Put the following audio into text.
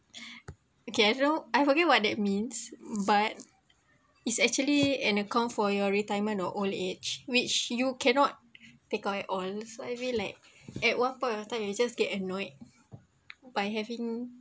okay so I forget what that means but it's actually an account for your retirement or old age which you cannot take out at all so I feel like at one point of time you just get annoyed by having